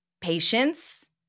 patience